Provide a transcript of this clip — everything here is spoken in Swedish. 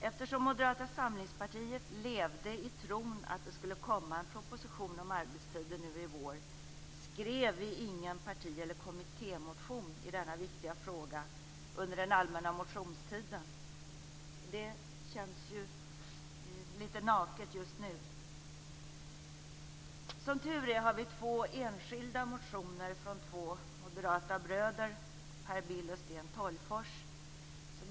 Eftersom Moderata samlingspartiet levde i tron att det skulle komma en proposition om arbetstider nu i vår skrev vi ingen parti eller kommittémotion i denna viktiga fråga under den allmänna motionstiden. Det känns litet naket just nu. Som tur är har vi två enskilda motioner från två moderata bröder, Per Bill och Sten Tolgfors.